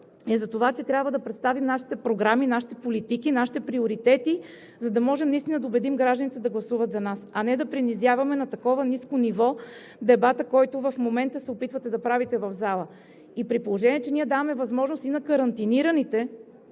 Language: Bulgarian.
е за това, че трябва да представим нашите програми, нашите политики, нашите приоритети, за да можем наистина да убедим гражданите да гласуват за нас, а не да принизяваме на такова ниско ниво дебата, който в момента се опитвате да правите в залата. И при положение че ние даваме възможност и на карантинираните